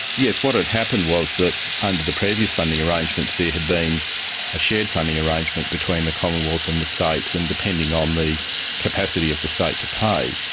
yes, what had happened was that under the previous funding arrangements there had been a shared funding arrangement between the commonwealth and the states, and depending on the capacity of the state to pay,